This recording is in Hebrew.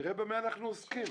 תראה במה אנחנו עוסקים.